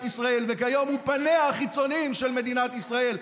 ישראל וכיום הוא פניה החיצוניים של מדינת ישראל,